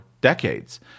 decades